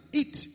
eat